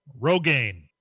Rogaine